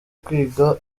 kwiga